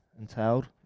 entailed